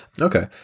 Okay